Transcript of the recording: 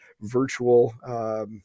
Virtual